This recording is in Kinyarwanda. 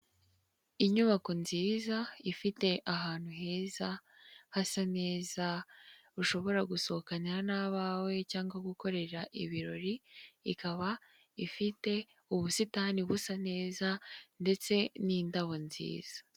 Inyubako nziza ifite ahantu heza hasa neza, ushobora gusohokananira n'abawe cyangwa gukorera ibirori, ikaba ifite ubusitani busa neza ndetse n'indabo nziza.